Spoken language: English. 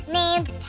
named